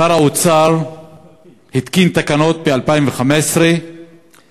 שר האוצר התקין תקנות ב-2015 וכמעט